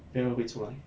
没有人会出来